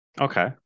Okay